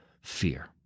fear